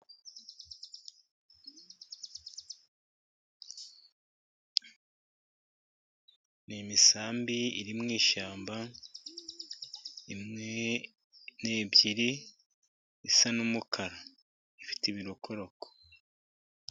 Ni imisambi iri mu ishyamba ni ebyiri isa n'umukara. Ifite ibirokoroko.